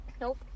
Nope